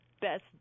best